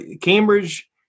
Cambridge